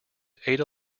ada